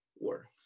works